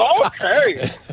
Okay